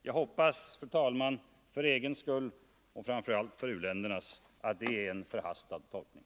Jag hoppas, herr talman, för u-ländernas skull, att det är en förhastad tolkning.